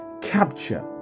capture